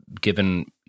given